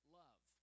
love